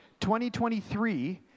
2023